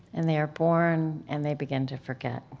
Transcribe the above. and they are born, and they begin to forget.